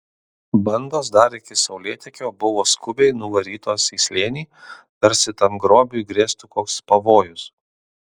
bandos dar iki saulėtekio buvo skubiai nuvarytos į slėnį tarsi tam grobiui grėstų koks pavojus